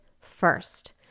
First